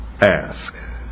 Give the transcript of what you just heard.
ask